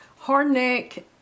Hardneck